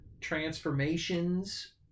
transformations